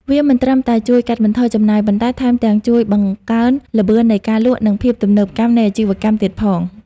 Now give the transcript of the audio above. វាមិនត្រឹមតែជួយកាត់បន្ថយចំណាយ ប៉ុន្តែថែមទាំងជួយបង្កើនល្បឿននៃការលក់ និងភាពទំនើបកម្មនៃអាជីវកម្មទៀតផង។